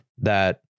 that-